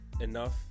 enough